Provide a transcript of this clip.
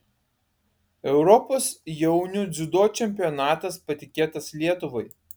europos jaunių dziudo čempionatas patikėtas lietuvai